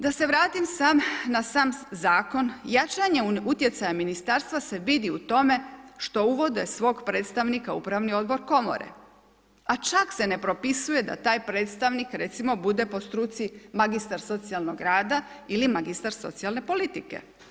Da se vratim na sam zakonom, jačanje utjecaja ministarstva se vidi u tome što uvode svog predstavnika u upravni odbor komore a čak se ne propisuje da taj predstavnik recimo bude po struci magistar socijalnog rada ili magistar socijalne politike.